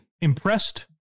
Impressed